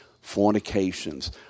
fornications